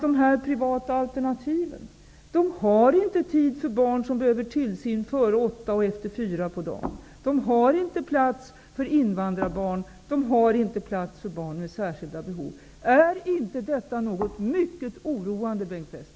De privata alternativen har inte tid för barn som behöver tillsyn före klockan åtta och efter klockan fyra på dagen. De har inte plats för invandrarbarn. De har inte plats för barn med särskilda behov. Är inte detta något mycket oroande, Bengt